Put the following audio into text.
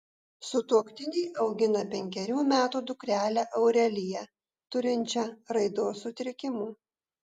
sutuoktiniai augina penkerių metų dukrelę aureliją turinčią raidos sutrikimų